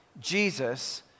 Jesus